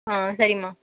ஆ சரிம்மா